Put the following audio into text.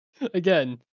Again